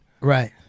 right